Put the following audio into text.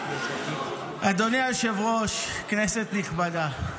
אדוני היושב-ראש, כנסת נכבדה,